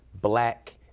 black